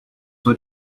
what